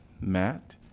Matt